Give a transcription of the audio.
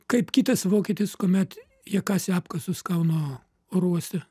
kaip kitas vokietis kuomet jie kasė apkasus kauno oro uoste